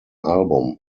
album